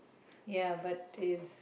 ya but it's